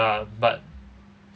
ya but